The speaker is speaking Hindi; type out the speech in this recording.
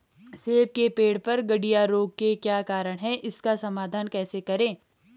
सेब के पेड़ पर गढ़िया रोग के क्या कारण हैं इसका समाधान कैसे करें?